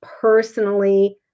personally